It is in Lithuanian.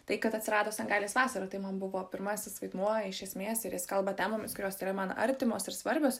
tai kad atsirado sangailės vasara tai man buvo pirmasis vaidmuo iš esmės ir jis kalba temomis kurios yra man artimos ir svarbios